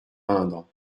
indre